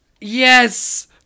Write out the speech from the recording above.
Yes